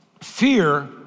fear